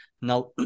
Now